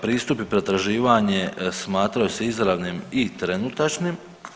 Pristup i pretraživanje smatraju se izravnim i trenutačnim.